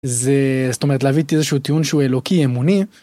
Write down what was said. זה זאת אומרת להביא איזה שהוא טיעון שהוא אלוקי אמוני.